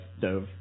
dove